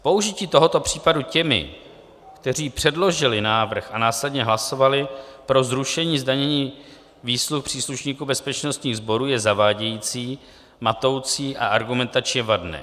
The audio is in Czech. Použití tohoto případu těmi, kteří předložili návrh a následně hlasovali pro zrušení zdanění výsluh příslušníků bezpečnostních sborů, je zavádějící, matoucí a argumentačně vadné.